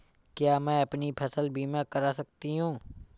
क्या मैं अपनी फसल बीमा करा सकती हूँ?